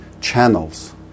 channels